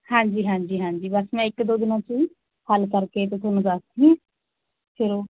ਹਾਂਜੀ ਹਾਂਜੀ ਹਾਂਜੀ ਬਸ ਮੈਂ ਇੱਕ ਦੋ ਦਿਨਾਂ 'ਚ ਹੱਲ ਕਰਕੇ ਫਿਰ ਤੁਹਾਨੂੰ ਦੱਸਦੀ ਹਾਂ ਚਲੋ